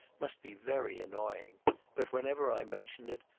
must be very annoying but whenever i mentioned it,